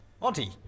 Auntie